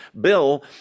Bill